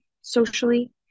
socially